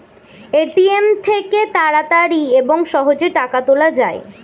ATM থেকে তাড়াতাড়ি এবং সহজে টাকা তোলা যায়